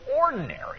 ordinary